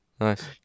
Nice